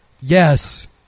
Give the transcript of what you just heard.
Yes